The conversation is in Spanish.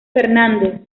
fernández